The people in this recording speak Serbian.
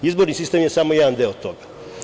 Izborni sistem je samo jedan deo toga.